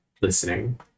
listening